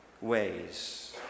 ways